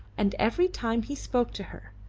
and every time he spoke to her,